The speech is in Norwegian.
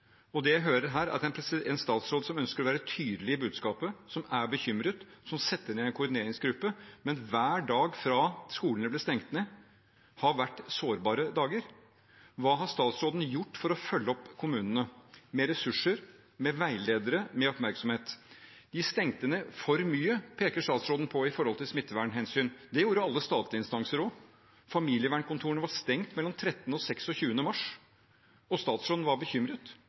Det jeg hører her, er en statsråd som ønsker å være tydelig i budskapet, som er bekymret, og som setter ned en koordineringsgruppe. Men hver dag fra skolene ble stengt ned, har vært sårbare dager. Hva har statsråden gjort for å følge opp kommunene med ressurser, med veiledere, med oppmerksomhet? Vi stengte ned for mye, peker statsråden på, av smittevernhensyn. Det gjorde alle statlige instanser også. Familievernkontorene var stengt mellom 13. og 26. mars. Statsråden var bekymret,